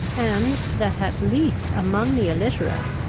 and that, at least among the illiterate,